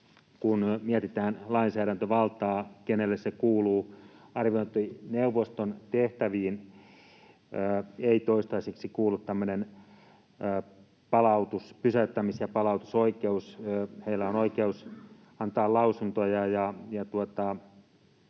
kun mietitään lainsäädäntövaltaa ja kenelle se kuuluu. Arviointineuvoston tehtäviin ei toistaiseksi kuulu tämmöinen pysäyttämis- ja palautusoikeus. Heillä on oikeus antaa lausuntoja